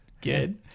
good